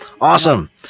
awesome